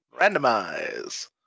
randomize